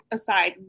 aside